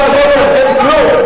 לא יעזור לכם כלום.